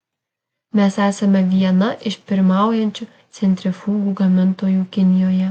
mes esame viena iš pirmaujančių centrifugų gamintojų kinijoje